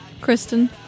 Kristen